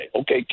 Okay